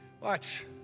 Watch